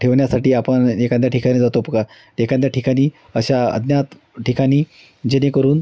ठेवण्यासाठी आपण एखाद्या ठिकाणी जातो बघा एखाद्या ठिकाणी अशा अज्ञात ठिकाणी जेणेकरून